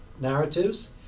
narratives